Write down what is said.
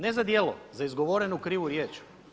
Ne za djelo, za izgovorenu krivu riječ.